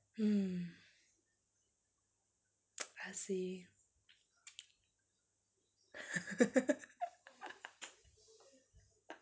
hmm I see